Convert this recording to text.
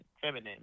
feminine